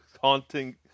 haunting